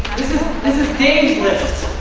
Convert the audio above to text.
this is dave's list.